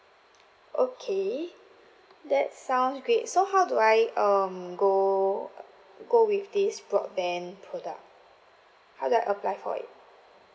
okay that sounds great so how do I um go go with this broadband product how do I apply for it